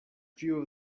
few